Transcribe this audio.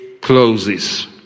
closes